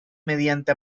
mediante